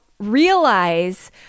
realize